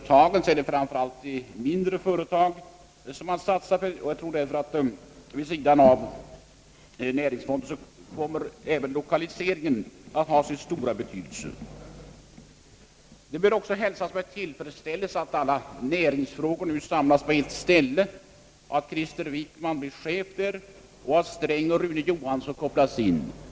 I samband med denna satsar man framför allt på mindre företag, varför jag tror att lokaliseringspolitiken kommer att ha sin stora betydelse vid sidan av näringslivsfonden. Det bör också hälsas med tillfredsställelse att alla näringsfrågor nu samlas under ett gemensamt tak under Krister Wickmans chefsskap och att även finansminister Sträng och inrikesminister Johansson därvid kopplas in.